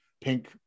pink